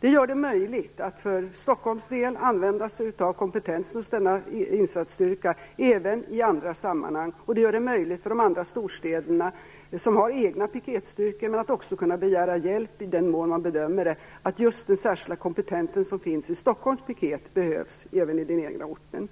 Det gör det möjligt att för Stockholms del använda sig av kompetensen hos denna insatsstyrka även i andra sammanhang, och det gör det möjligt för de andra storstäderna, som har egna piketstyrkor, att kunna begära hjälp i den mån man bedömer att just den särskilda kompetens som finns i Stockholms piket behövs även på den egna orten.